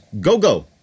Go-Go